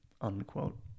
unquote